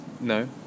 No